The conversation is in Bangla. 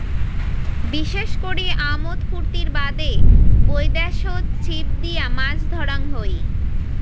বিশেষ করি আমোদ ফুর্তির বাদে বৈদ্যাশত ছিপ দিয়া মাছ ধরাং হই